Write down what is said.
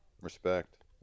respect